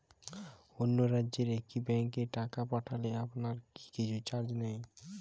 অন্য রাজ্যের একি ব্যাংক এ টাকা পাঠালে আপনারা কী কিছু চার্জ নেন?